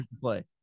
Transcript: play